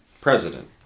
President